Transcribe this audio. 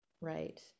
right